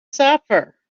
suffer